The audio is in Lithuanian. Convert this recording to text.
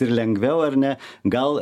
ir lengviau ar ne gal